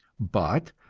but,